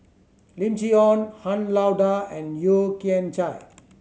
Lim Chee Onn Han Lao Da and Yeo Kian Chai